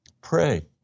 Pray